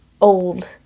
old